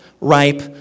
ripe